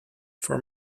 for